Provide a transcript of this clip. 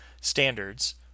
standards